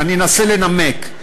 ואנסה לנמק.